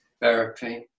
therapy